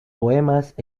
poemas